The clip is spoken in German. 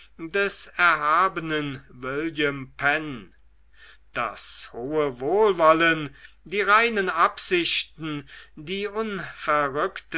des erhabenen william penn das hohe wohlwollen die reinen absichten die